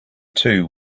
two